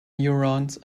neurons